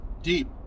deep